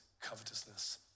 covetousness